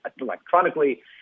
electronically